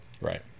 Right